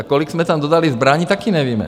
Kolik jsme tam dodali zbraní, taky nevíme.